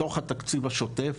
מתוך התקציב השוטף,